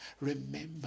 remember